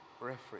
referee